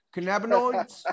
Cannabinoids